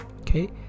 okay